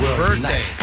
birthday